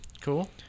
Cool